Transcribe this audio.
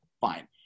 Fine